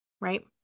right